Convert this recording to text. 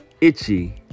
itchy